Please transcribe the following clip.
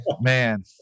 man